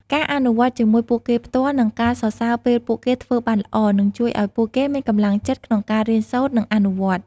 ការអនុវត្តន៍ជាមួយពួកគេផ្ទាល់ និងការសរសើរពេលពួកគេធ្វើបានល្អ នឹងជួយឱ្យពួកគេមានកម្លាំងចិត្តក្នុងការរៀនសូត្រ និងអនុវត្តន៍។